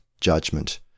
judgment